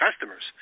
customers